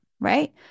Right